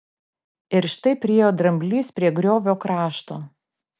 ir štai priėjo dramblys prie griovio krašto